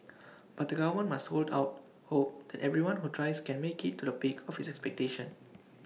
but the government must hold out hope that everyone who tries can make IT to the peak of his expectation